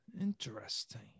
interesting